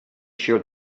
sure